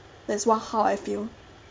that's what how I feel